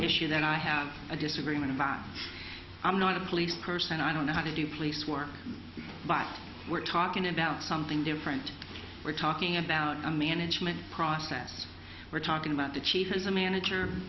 issue that i have a disagreement about i'm not a police person i don't know how to do police work but we're talking about something different we're talking about a management process we're talking about the chief is a manager